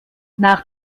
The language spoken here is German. nach